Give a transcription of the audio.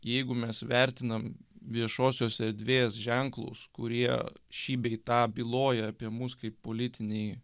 jeigu mes vertinam viešosios erdvės ženklus kurie šį bei tą byloja apie mus kaip politinį